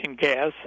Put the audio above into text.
gas